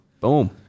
Boom